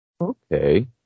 Okay